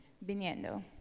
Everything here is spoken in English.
Viniendo